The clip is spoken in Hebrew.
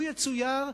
לו יצויר,